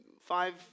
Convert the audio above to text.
five